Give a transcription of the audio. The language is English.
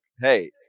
hey